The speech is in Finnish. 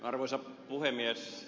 arvoisa puhemies